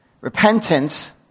repentance